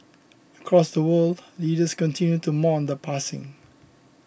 across the world leaders continued to mourn the passing